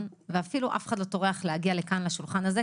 ואפילו אף אחד לא טורח להגיע לכאן לשולחן הזה,